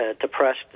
depressed